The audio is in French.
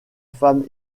femme